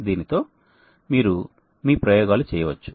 దీనితో మీరు మీ ప్రయోగాలు చేయవచ్చు